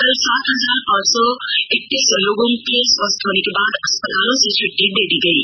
कल सात हजार पांच सौ इकतीस लोगों को स्वस्थ होने के बाद अस्पतालों से छट्टी दे दी गयी